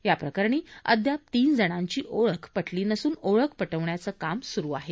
या प्रकरणी अद्याप तीन जणांची ओळख पटली नसून ओळख पटवण्याचं काम सुरू आहे